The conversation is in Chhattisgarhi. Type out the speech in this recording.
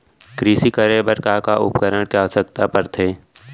कृषि करे बर का का उपकरण के आवश्यकता परथे?